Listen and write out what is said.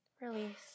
Release